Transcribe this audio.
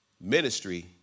Ministry